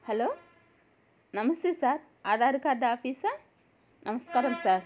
hello నమస్తే sir Aadhaar card ఆఫీసా నమస్కారం సార్